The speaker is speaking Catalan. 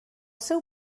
seu